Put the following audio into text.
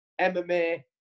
MMA